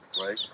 right